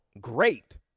Great